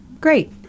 Great